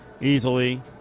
easily